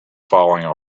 falling